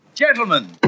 Gentlemen